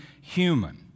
human